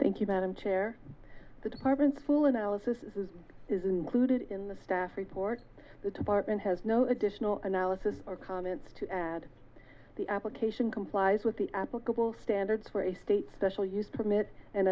thank you madam chair the department full analysis is included in the staff report the department has no additional analysis or comments to add the application complies with the applicable standards for a state special use permit and